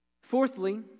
Fourthly